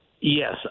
Yes